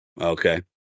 Okay